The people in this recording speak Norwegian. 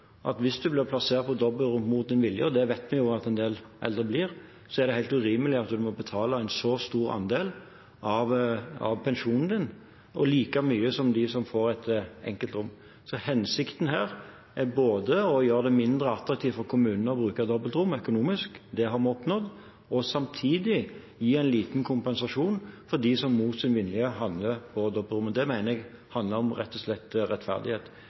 at hvis man blir plassert på dobbeltrom mot sin vilje – og det vet vi jo at en del eldre blir – er det helt urimelig at man må betale en så stor andel av pensjonen sin, og like mye som dem som får et enkeltrom. Hensikten her er både å gjøre det mindre økonomisk attraktivt for kommunene å bruke dobbeltrom, det har vi oppnådd, og samtidig gi en liten kompensasjon til dem som mot sin vilje havner på dobbeltrom. Det mener jeg rett og slett handler om rettferdighet.